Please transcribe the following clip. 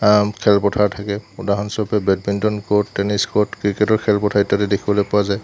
খেলপথাৰ থাকে উদাহৰণস্বৰূপে বেডমিন্টন কৰ্ট টেনিচ কৰ্ট ক্ৰিকেটৰ খেলপথাৰ ইত্য়াদি দেখিবলৈ পোৱা যায়